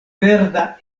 verda